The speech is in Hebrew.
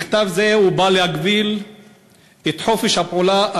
במכתב זה הוא בא להגביל את חופש הפעולה,